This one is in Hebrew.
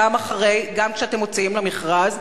גם כשאתם מוציאים למכרז,